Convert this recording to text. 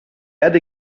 erde